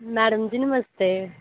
madam ji नमस्ते